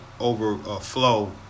overflow